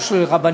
או של רבנים,